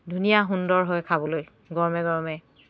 ধুনীয়া সুন্দৰ হয় খাবলৈ গৰমে গৰমে